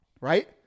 Right